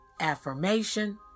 affirmation